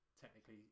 Technically